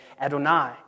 Adonai